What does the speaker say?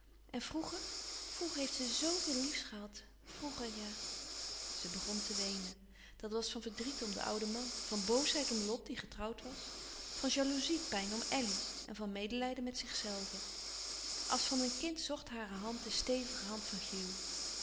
en vroeger vroeger heeft ze zoo veel liefs gehad vroeger ja zij begon te weenen dat was van verdriet om den ouden man van boosheid om lot die getrouwd was van jaloezie pijn om elly en van medelijden met zichzelve als van een kind zocht hare hand de stevige hand van